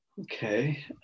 okay